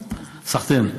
סחתיין.